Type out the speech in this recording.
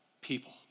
people